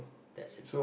that's it